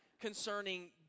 concerning